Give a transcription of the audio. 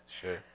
Sure